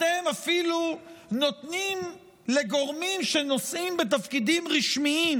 אתם אפילו נותנים לגורמים שנושאים בתפקידים רשמיים